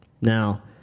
Now